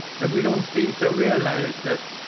and we don't seem to realize that